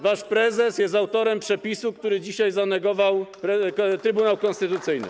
Wasz prezes jest autorem przepisu, który dzisiaj zanegował Trybunał Konstytucyjny.